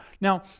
Now